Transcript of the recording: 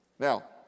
Now